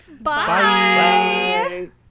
Bye